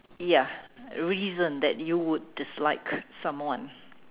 ya reason that you would dislike someone